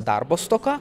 darbo stoka